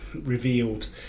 revealed